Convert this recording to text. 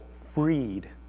freed